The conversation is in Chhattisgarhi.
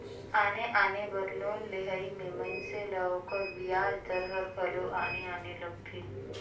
आने आने बर लोन लेहई में मइनसे ल ओकर बियाज दर हर घलो आने आने लगथे